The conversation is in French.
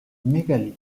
mégalithe